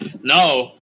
No